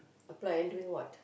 apply and doing what